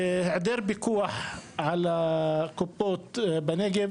היעדר פיקוח על הקופות בנגב